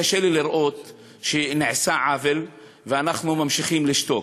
קשה לי לראות שנעשה עוול ואנחנו ממשיכים לשתוק.